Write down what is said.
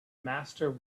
master